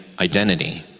identity